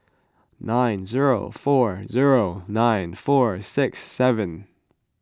nine zero four zero nine four six seven